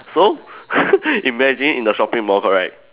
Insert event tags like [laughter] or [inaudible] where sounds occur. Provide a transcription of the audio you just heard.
so [laughs] imagine in a shopping mall correct